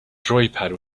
joypad